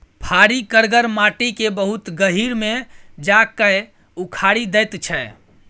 फारी करगर माटि केँ बहुत गहींर मे जा कए उखारि दैत छै